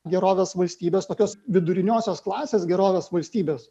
gerovės valstybės tokios viduriniosios klasės gerovės valstybės